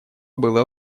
было